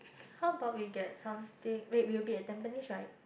how about we get something wait we'll be at tampines right